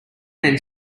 men